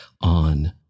on